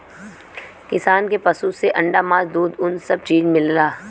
किसान के पसु से अंडा मास दूध उन सब चीज मिलला